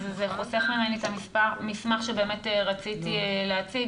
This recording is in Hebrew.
אתה חוסך ממני את המסמך שבאמת רציתי להציג,